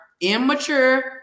immature